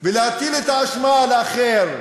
ולהטיל את האשמה על האחר,